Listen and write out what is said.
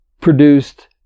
produced